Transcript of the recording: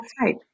right